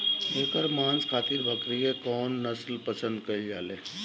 एकर मांस खातिर बकरी के कौन नस्ल पसंद कईल जाले?